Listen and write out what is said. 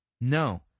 No